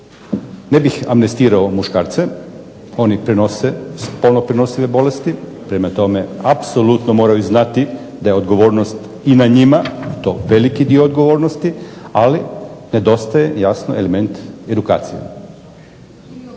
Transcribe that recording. ne bih amnestirao muškarce, oni prenose spolno prenosive bolesti. Prema tome apsolutno moraju znati da je odgovornost i na njima i to veliki dio odgovornosti, ali nedostaje jasno element edukacije.